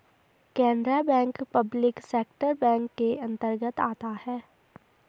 Canara bank public sector bank के अंतर्गत आता है